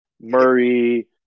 Murray